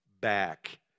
back